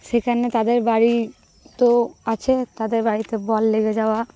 সেখানে তাদের বাড়ি তো আছে তাদের বাড়িতে বল লেগে যাওয়া